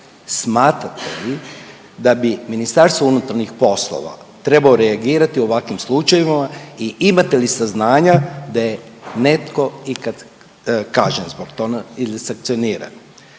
Smatrate li da bi MUP trebao reagirati u ovakvim slučajevima i imate li saznanja da je netko iko kažnjen zbog toga ili sankcioniran?